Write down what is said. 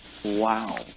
Wow